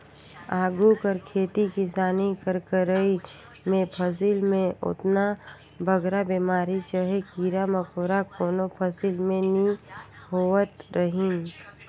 आघु कर खेती किसानी कर करई में फसिल में ओतना बगरा बेमारी चहे कीरा मकोरा कोनो फसिल में नी होवत रहिन